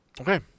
Okay